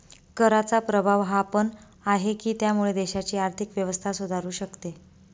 कराचा प्रभाव हा पण आहे, की त्यामुळे देशाची आर्थिक व्यवस्था सुधारू शकते